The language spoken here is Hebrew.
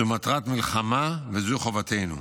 זו מטרת מלחמה וזו חובתנו.